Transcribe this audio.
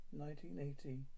1980